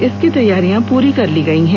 इसकी तैयारियां पूरी कर ली गई हैं